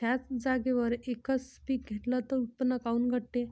थ्याच जागेवर यकच पीक घेतलं त उत्पन्न काऊन घटते?